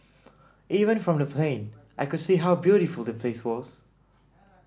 even from the plane I could see how beautiful the place was